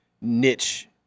niche